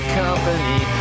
company